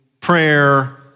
prayer